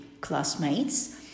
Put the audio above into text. classmates